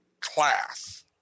class